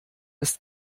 ist